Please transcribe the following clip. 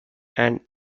and